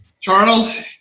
Charles